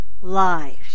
lives